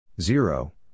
zero